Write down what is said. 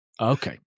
Okay